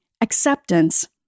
Acceptance